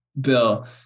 bill